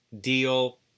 deal